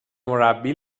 مربی